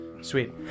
Sweet